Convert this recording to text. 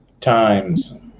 Times